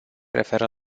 referă